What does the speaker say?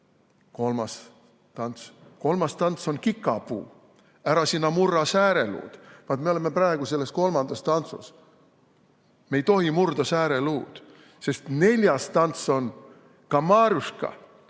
"Kolmas tants on kikapuu, ära sina murra sääreluud." Me oleme praegu selles kolmandas tantsus. Me ei tohi murda sääreluud, sest neljas tants on "kamaaruska,